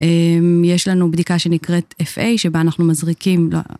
יש לנו בדיקה שנקראת FA, שבה אנחנו מזריקים ל...